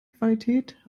qualität